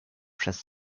przez